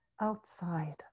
outside